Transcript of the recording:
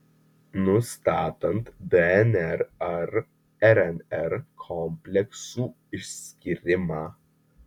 nustatant dnr ar rnr kompleksų išskyrimą